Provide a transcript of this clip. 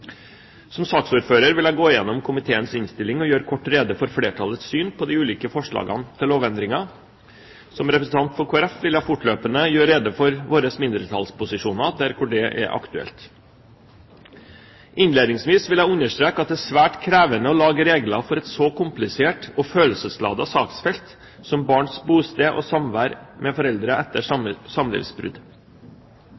Som saksordfører vil jeg gå igjennom komiteens innstilling og gjøre kort rede for flertallets syn på de ulike forslagene til lovendringer. Som representant for Kristelig Folkeparti vil jeg fortløpende gjøre rede for våre mindretallsposisjoner, der det er aktuelt. Innledningsvis vil jeg understreke at det er svært krevende å lage regler for et så komplisert og følelsesladet saksfelt som barns bosted og samvær med foreldre etter